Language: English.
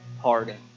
pardon